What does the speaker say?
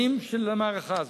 בעיצומה של המערכה הזאת,